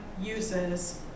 Uses